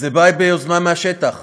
זה בא ביוזמה מהשטח.